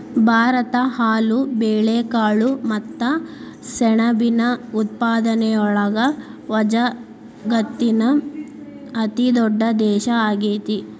ಭಾರತ ಹಾಲು, ಬೇಳೆಕಾಳು ಮತ್ತ ಸೆಣಬಿನ ಉತ್ಪಾದನೆಯೊಳಗ ವಜಗತ್ತಿನ ಅತಿದೊಡ್ಡ ದೇಶ ಆಗೇತಿ